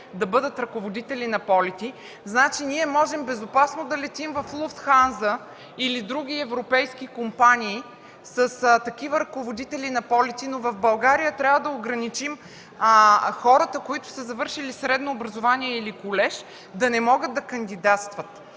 да бъдат ръководители на полети... Можем безопасно да летим с „Луфтханза” или други европейски компании с такива ръководители на полети, но в България трябва да ограничим хората, които са завършили средно образование или колеж, да не могат да кандидатстват?